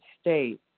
state